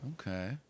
Okay